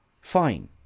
fine